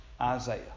Isaiah